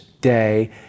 day